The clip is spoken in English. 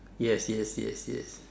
yes yes yes yes